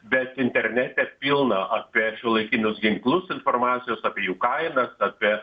bet internete pilna apie šiuolaikinius ginklus informacijos apie jų kainas apie